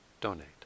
donate